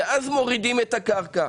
ואז מורידים את הקרקע.